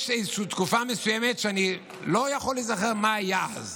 יש איזושהי תקופה מסוימת שאני לא יכול להיזכר מה היה אז.